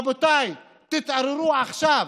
רבותיי, תתעוררו עכשיו.